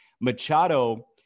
Machado